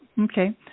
Okay